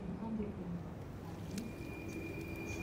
Iruhande rw'inyubako kandi hateye ibiti.